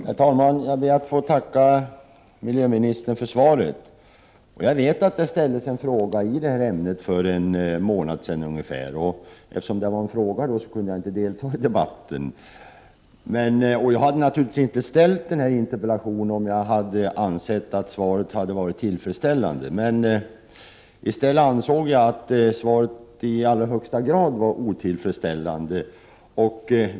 Herr talman! Jag ber att få tacka miljöministern för svaret. Jag vet att det ställdes en fråga i riksdagen i detta ämne för en månad sedan. Men eftersom frågan ställdes av en annan ledamot kunde jag inte delta i den debatten. Jag hade naturligtvis inte ställt denna interpellation om jag ansett att det svar som gavs på frågan var tillfredsställande. Jag ansåg emellertid att svaret i allra högsta grad var otillfredsställande.